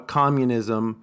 communism